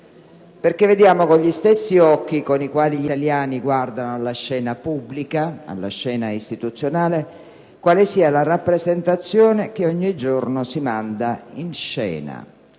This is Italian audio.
perché vediamo con gli stessi occhi con i quali gli italiani guardano alla scena pubblica ed alla scena istituzionale quale sia la rappresentazione che ogni giorno si manda in scena: